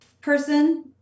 person